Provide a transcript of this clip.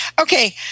Okay